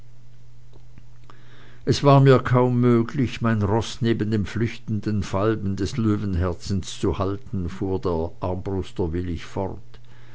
es war mir kaum möglich mein roß neben dem flüchtigen falben des löwenherzens zu halten fuhr der armbruster willig fort